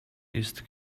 ist